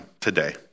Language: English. today